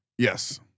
Yes